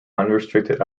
unrestricted